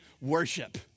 worship